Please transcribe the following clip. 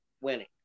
winning